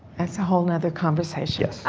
it's a whole nother conversation. yes.